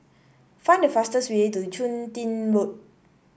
find the fastest way to Chun Tin Road